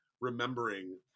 remembering